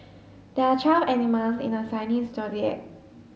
there are twelve animals in the Chinese Zodiac